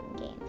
game